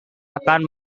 akan